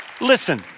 Listen